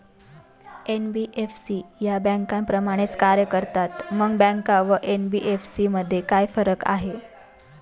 NBFC या बँकांप्रमाणेच कार्य करतात, मग बँका व एन.बी.एफ.सी मध्ये काय फरक आहे?